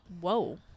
whoa